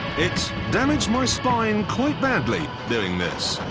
it damaged my spine quite badly doing this.